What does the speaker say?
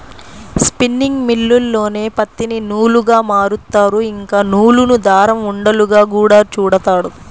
spinning మిల్లుల్లోనే పత్తిని నూలుగా మారుత్తారు, ఇంకా నూలును దారం ఉండలుగా గూడా చుడతారు